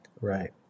Right